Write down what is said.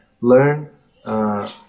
learn